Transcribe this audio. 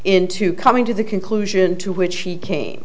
into coming to the conclusion to which he came